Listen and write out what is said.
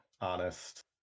honest